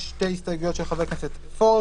יש שתי הסתייגויות של חבר הכנסת פורר